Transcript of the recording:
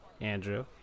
Andrew